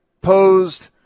posed